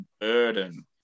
burden